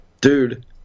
Dude